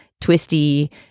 twisty